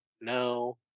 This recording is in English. no